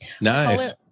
Nice